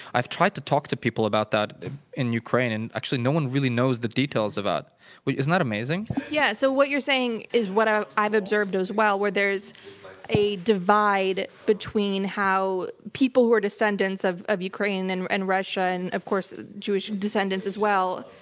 i've tried to talk to people about that in ukraine, and actually no one really knows the details about it. isn't that amazing? yeah, so what you're saying is what i've observed as well, where there's a divide between how people who are descendants of of ukraine and and russia, and of course ah jewish descendants as well,